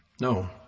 No